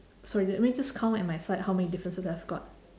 sorry let me just count at my side how many differences I've got